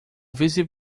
vice